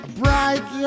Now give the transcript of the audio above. bright